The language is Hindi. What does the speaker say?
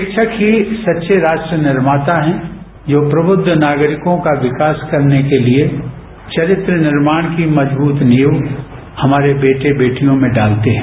शिक्षक ही सच्चे राष्ट्र निर्माता है जो प्रवृद्ध नागरिकों का विकास करने के लिए चरित्र निर्माण की मजबूत नींव हमारे बेटे बेटियों में डालते हैं